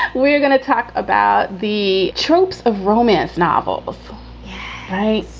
we're going to talk about the tropes of romance novel right